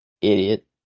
idiot